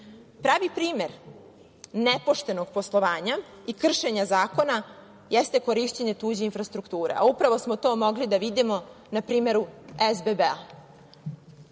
primer nepoštenog poštovanja i kršenja zakona jeste korišćenje tuđe infrastrukture, a upravo smo to mogli da vidimo na primeru SBB-a,